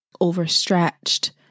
overstretched